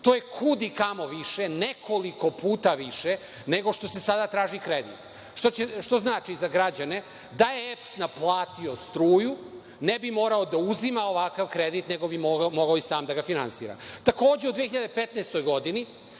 To je kud i kamo više, nekoliko puta više nego što se sada traži kredit. Što znači, za građane, da je EPS naplatio struju ne bi morao da uzima takav kredit, nego bi mogao i sam da ga finansira. Takođe, u 2015. godini,